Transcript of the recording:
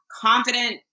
confident